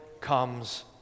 comes